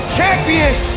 champions